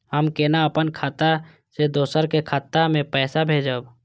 हम केना अपन खाता से दोसर के खाता में पैसा भेजब?